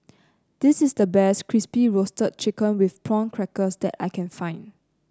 this is the best Crispy Roasted Chicken with Prawn Crackers that I can find